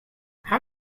how